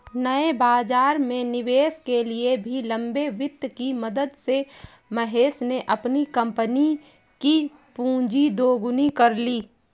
नए बाज़ार में निवेश के लिए भी लंबे वित्त की मदद से महेश ने अपनी कम्पनी कि पूँजी दोगुनी कर ली